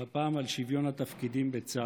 והפעם, על שוויון התפקידים בצה"ל.